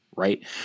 right